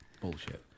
bullshit